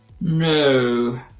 No